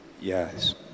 Yes